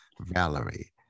Valerie